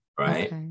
Right